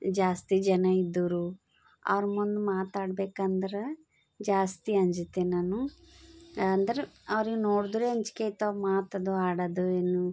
ಜಾಸ್ತಿ ಜನ ಇದ್ದರು ಅವ್ರ ಮುಂದೆ ಮಾತಾಡ್ಬೇಕಂದ್ರೆ ಜಾಸ್ತಿ ಅಂಜ್ತೀನಿ ನಾನು ಅಂದ್ರೆ ಅವ್ರಿಗೆ ನೋಡಿದ್ರೆ ಅಂಜಿಕೆ ಆಯ್ತವ ಮಾತದು ಆಡೋದು ಇನ್ನೂ